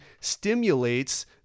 stimulates